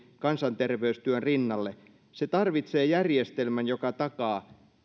kansanterveystyön rinnalle se tarvitsee järjestelmän joka takaa